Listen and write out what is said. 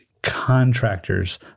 Contractors